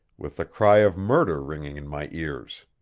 with the cry of murder ringing in my ears.